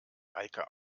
heike